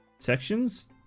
sections